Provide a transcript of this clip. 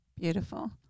Beautiful